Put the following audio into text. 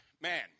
man